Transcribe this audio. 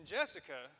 Jessica